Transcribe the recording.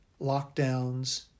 lockdowns